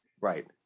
Right